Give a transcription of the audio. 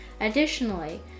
Additionally